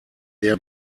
der